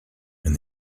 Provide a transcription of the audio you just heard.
and